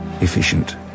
efficient